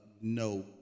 No